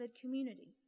community